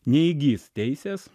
neįgis teisės